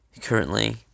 currently